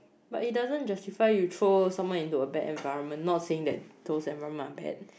but it doesn't justify you throw someone into a bad environment not saying that those environment are bad